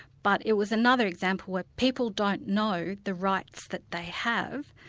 but it was another example where people don't know the rights that they have,